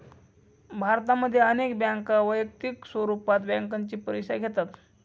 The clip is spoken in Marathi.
भारतामध्ये अनेक बँका वैयक्तिक स्वरूपात बँकेची परीक्षा घेतात